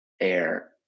air